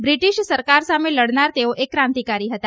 British સરકાર સામે લડનાર તેઓ એક ક્રાંતિકારી હતા